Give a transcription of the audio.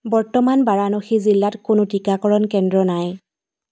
বৰ্তমান বাৰাণসী জিলাত কোনো টীকাকৰণ কেন্দ্ৰ নাই